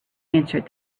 answered